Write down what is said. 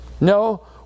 No